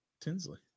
Tinsley